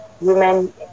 Women